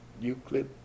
Euclid